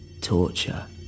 Torture